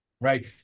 right